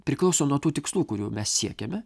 priklauso nuo tų tikslų kurių mes siekiame